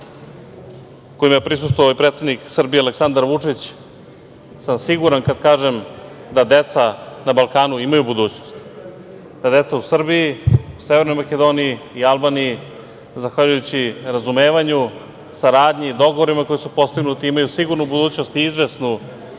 kojima je prisustvovao i predsednik Srbije Aleksandar Vučić, sam siguran kad kažem da deca na Balkanu imaju budućnost, da deca u Srbiji, u Severnoj Makedoniji i Albaniji zahvaljujući razumevanju, saradnji, dogovorima koji su postignuti imaju sigurnu budućnost i izvesnu